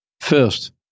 First